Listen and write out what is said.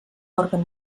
òrgan